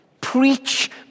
Preach